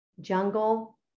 jungle